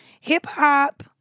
hip-hop